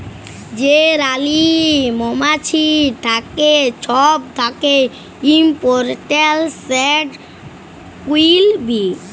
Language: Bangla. যে রালী মমাছিট থ্যাকে ছব থ্যাকে ইমপরট্যাল্ট, সেট কুইল বী